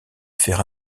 faire